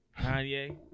Kanye